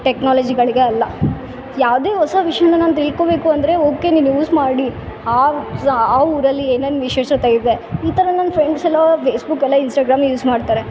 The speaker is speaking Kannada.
ಟೆಕ್ನಾಲಜಿಗಳಿಗೆ ಅಲ್ಲ ಯಾವುದೇ ಹೊಸ ವಿಷ್ಯ ನಾನು ತಿಳ್ಕೊಬೇಕು ಅಂದರೆ ಓಕೆ ನೀವು ಯೂಸ್ ಮಾಡಿ ಆ ಉತ್ಸವ ಆ ಊರಲ್ಲಿ ಏನೇನು ವಿಶೇಷತೆ ಇದೆ ಈ ಥರ ನನ್ನ ಫ್ರೆಂಡ್ಸೆಲ್ಲ ಫೇಸ್ಬುಕ್ಕಲ್ಲೇ ಇನ್ಸ್ಟಾಗ್ರಾಮ್ ಯೂಸ್ ಮಾಡ್ತಾರೆ